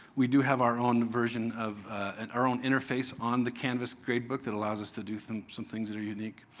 we do have our own version of and our own interface on the canvas gradebook that allows us to do some things that are unique.